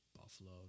Buffalo